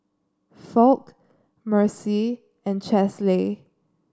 Foch Mercy and Chesley